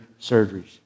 surgeries